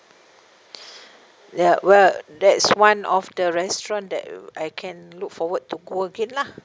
there well that's one of the restaurant that I can look forward to go again lah